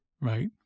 right